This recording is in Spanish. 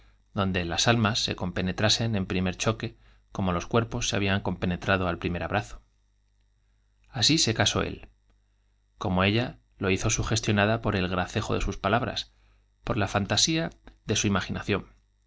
donde las almas se compenetrasen al primer choque como los cuerpos se habían corripenetrado al primer abrazo así se casó él como ella lo hizo sugestionada por el gracejo de sus palabras por la fantasía de su imaginación